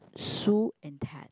Sue and Ted